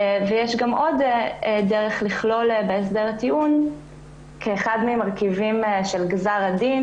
יש עוד דרך לכלול בהסדר הטיעון כאחד המרכיבים של גזר הדין